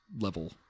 level